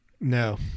No